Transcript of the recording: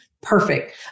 perfect